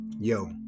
yo